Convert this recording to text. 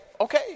Okay